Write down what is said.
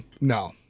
No